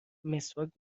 مسواک